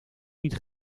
niet